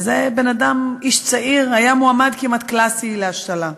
וזה איש צעיר שהיה מועמד כמעט קלאסי להשתלה.